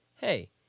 hey